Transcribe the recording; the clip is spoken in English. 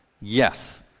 Yes